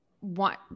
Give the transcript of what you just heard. want